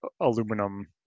aluminum